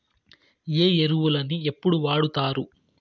ఏ ఎరువులని ఎప్పుడు వాడుతారు?